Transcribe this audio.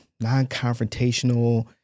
non-confrontational